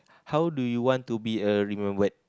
how do you want to be uh remembered